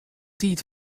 tiid